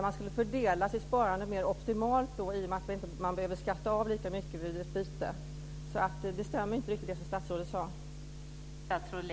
Då skulle man fördela sitt sparande mera optimalt i och med att man inte behöver betala lika mycket i skatt vid ett byte. Så det stämmer inte riktigt det som statsrådet sade.